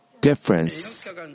difference